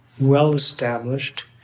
well-established